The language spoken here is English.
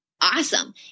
Awesome